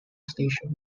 station